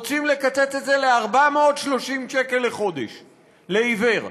רוצים לקצץ את זה ל-430 שקל לחודש לעיוור.